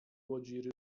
łodzi